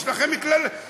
יש לכם כללים,